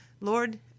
Lord